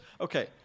okay